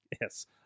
yes